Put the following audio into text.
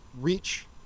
reach